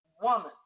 woman